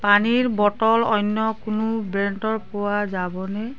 পানীৰ বটল অন্য কোনো ব্ৰেণ্ডৰ পোৱা যাবনে